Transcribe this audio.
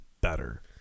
better